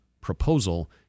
proposal